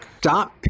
Stop